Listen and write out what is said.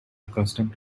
accustomed